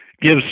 gives